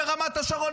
ברמת השרון,